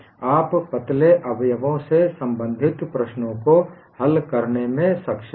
आप पतले अवयवों से संबंधित प्रश्नओं को हल करने में सक्षम हैं